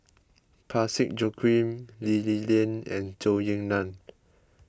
Parsick Joaquim Lee Li Lian and Zhou Ying Nan